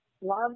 Love